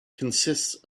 consists